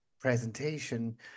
presentation